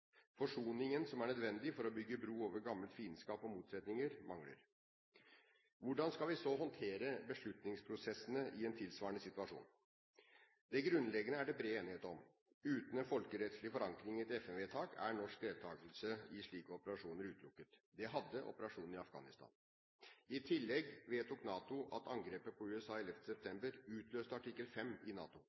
Forsoningen, som er nødvendig for å bygge bro over gammelt fiendskap og motsetninger, mangler. Hvordan skal vi håndtere beslutningsprosessene i en tilsvarende situasjon? Det grunnleggende er det bred enighet om: Uten en folkerettslig forankring i et FN-vedtak er norsk deltakelse i slike operasjoner utelukket. Det hadde operasjonen i Afghanistan. I tillegg vedtok NATO at angrepet på USA 11. september utløste artikkel 5 i NATO,